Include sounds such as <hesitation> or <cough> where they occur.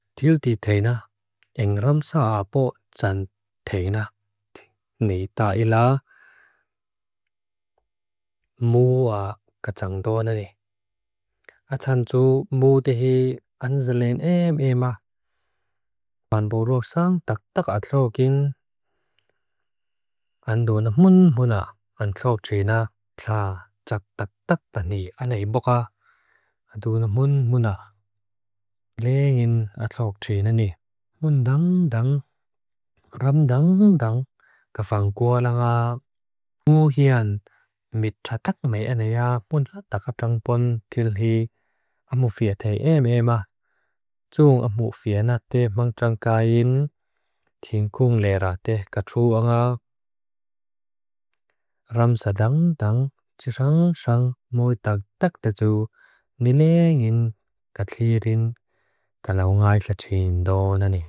Tildi teina. <hesitation> Eng ram saa bo jan teina. <hesitation> Nei taa ilaa. <hesitation> Muu a kacangdoa nani. <hesitation> A chandu muu dehi anzeleen eem eema. <hesitation> Ban bo roksang tak tak atlogin. <hesitation> Andoona mun munaa. Antlog trina. Tlaa jak tak tak pa ni ana i boka. <hesitation> Andoona mun munaa. Leengin antlog trina ni. Mun dang dang. <hesitation> Ram dang dang. Kafang kua langa. <hesitation> Muu hian mita tak mea nea. Bun a takapjang pon. Tildi. Amu fia te eem eema. Tsoong amu fia na te mangjang kain. <hesitation> Tinkung leera te kacua langa. <hesitation> Ram saa dang dang. Chirang sang mui tak tak taju. Nileengin kathirin. Kalaunga ilachindoo nani.